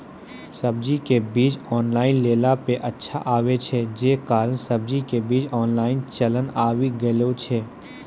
सब्जी के बीज ऑनलाइन लेला पे अच्छा आवे छै, जे कारण सब्जी के बीज ऑनलाइन चलन आवी गेलौ छै?